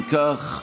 אם כך,